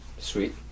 sweet